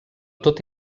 tot